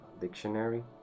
dictionary